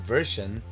Version